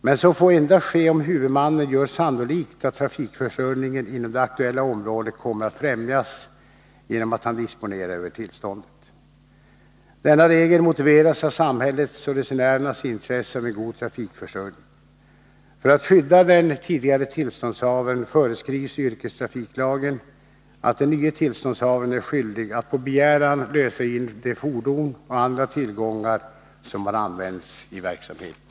Men, så får ske endast om huvudmannen gör sannolikt att trafikförsörjningen inom det aktuella området kommer att främjas genom att han disponerar över tillståndet. Denna regel motiveras av samhällets och resenärernas intresse av en god trafikförsörjning. För att skydda den tidigare tillståndshavaren föreskrivs i yrkestrafiklagen att den nye tillståndshavaren är skyldig att på begäran lösa in de fordon och andra tillgångar som har använts i verksamheten.